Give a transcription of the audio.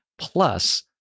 plus